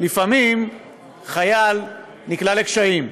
לפעמים חייל נקלע לקשיים.